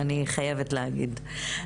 אני חייבת להגיד.